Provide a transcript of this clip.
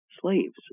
slaves